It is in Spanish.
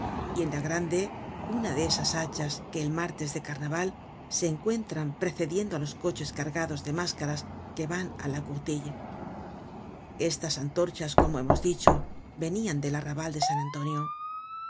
y en la grande una de esas hachas que el martes de carnaval se encuentran precediendo á los coches cargados de máscaras que van á la courtille estas antorchas como hemos dicho venian del arrabal de san antonio